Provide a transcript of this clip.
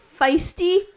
feisty